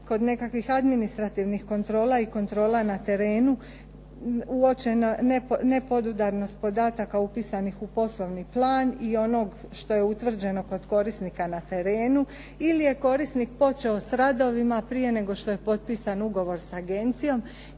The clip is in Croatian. kod nekakvih administrativnih kontrola i kontrola na terenu, uočeno nepodudarnost podataka upisanih u poslovni plan i onog što je utvrđeno kod korisnika na terenu, ili je korisnik počeo s radovima prije nego što je potpisan ugovor s agencijom.